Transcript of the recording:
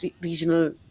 regional